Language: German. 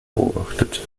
beobachtet